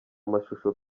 mashusho